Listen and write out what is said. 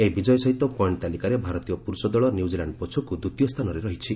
ଏହି ବିଜୟ ସହିତ ପଏଶ୍ଚ ତାଲିକାରେ ଭାରତୀୟ ପୁରୁଷ ଦଳ ନିଉଜିଲାଣ୍ଡ ପଛକୁ ଦ୍ୱିତୀୟ ସ୍ଥାନରେ ରହିଛି